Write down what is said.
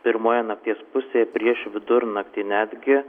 pirmoje nakties pusėje prieš vidurnaktį netgi